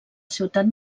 ciutat